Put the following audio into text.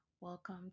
welcome